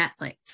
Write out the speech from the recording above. Netflix